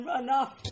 enough